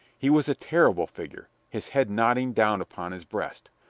he was a terrible figure his head nodding down upon his breast.